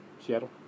Seattle